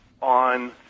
On